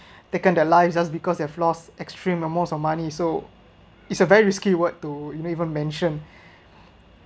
taken their lives just because they've lost extreme amounts of money so it's a very risky word to you know even mention